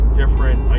different